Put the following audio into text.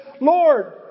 Lord